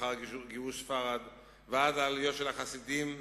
לאחר גירוש ספרד ועד עליות הספרדים והפרושים,